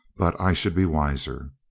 but i should be wiser.